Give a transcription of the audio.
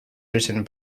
written